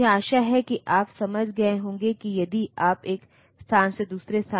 तो यह अनिवार्य है कि हम पैकेजिंग के साथ पिन आकार को सुसंगत रखें